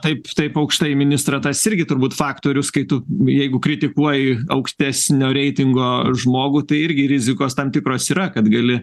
taip taip aukštai ministrą tas irgi turbūt faktorius kai tu jeigu kritikuoji aukštesnio reitingo žmogų tai irgi rizikos tam tikros yra kad gali